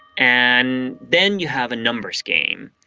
and then you have a numbers game.